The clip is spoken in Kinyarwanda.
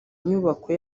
nyubako